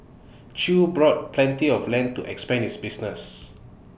chew bought plenty of land to expand his business